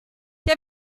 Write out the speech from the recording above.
che